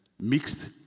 mixed